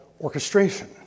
orchestration